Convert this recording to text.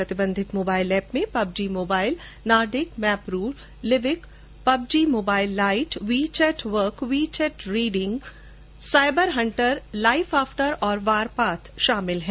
प्रतिबंधित mobile app में PUBG mobile Nordic मेपरू Livik PUBG mobile lite WeChat work WeChat reading Cyber Hunter Life After और Warpath प्रमुख हैं